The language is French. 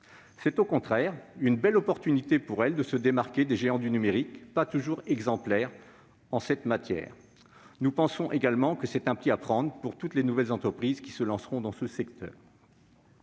C'est justement une belle occasion pour elles de se démarquer des géants du numérique, qui ne sont pas toujours exemplaires en la matière. En outre, nous pensons également que c'est un pli à prendre pour toutes les nouvelles entreprises qui se lanceront dans ce secteur.